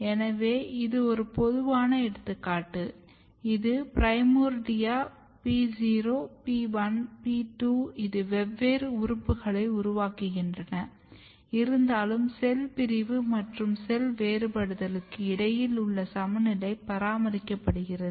எனவே இது ஒரு பொதுவான எடுத்துக்காட்டு இது பிரைமோர்டியா P 0 P 1 P 2 இது வெவ்வேறு உறுப்புகளை உருவாக்குகின்றன இருந்தாலும் செல் பிரிவு மற்றும் செல் வேறுபாடுதலுக்கு இடையில் உள்ள சமநிலை பராமரிக்கப்படுகிறது